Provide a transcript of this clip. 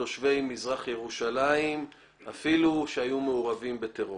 מתושבי מזרח ירושלים שהיו מעורבים בטרור.